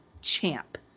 champ